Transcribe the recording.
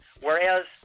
Whereas